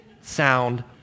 sound